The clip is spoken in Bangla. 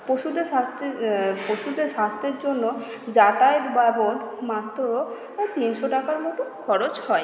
পশুদের স্বাস্থ্যের পশুদের স্বাস্থ্যের জন্য যাতায়াত বাবদ মাত্র তিনশো টাকার মতো খরচ হয়